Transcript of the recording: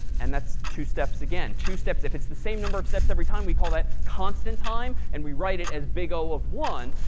and that's two steps again. two steps if it's the same number of steps every time, we call that, constant time. and we write it as big o of one.